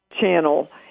channel